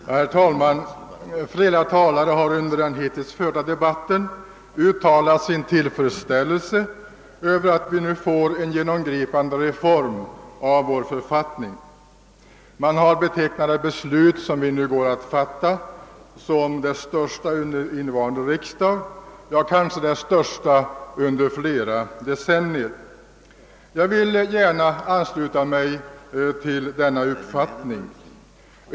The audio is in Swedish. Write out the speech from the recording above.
Herr talman! Flera talare har under den hittills förda debatten uttalat sin tillfredsställelse över att vi nu får en genomgripande reform av vår författning. Man har betecknat det beslut vi nu går att fatta som det största under innevarande riksdag, ja, kanske det största under flera decennier. Jag vill gärna ansluta mig till denna uppfattning.